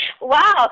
Wow